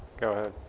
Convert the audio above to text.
go ahead.